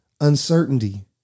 uncertainty